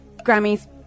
Grammys